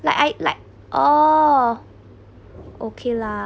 like I like oh okay lah